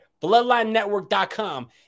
bloodlinenetwork.com